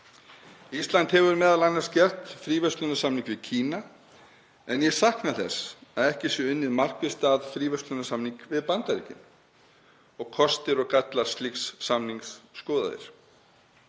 Ísland hefur m.a. gert fríverslunarsamning við Kína, en ég sakna þess að ekki sé unnið markvisst að fríverslunarsamningi við Bandaríkin og kostir og gallar slíks samnings skoðaðir.